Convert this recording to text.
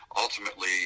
ultimately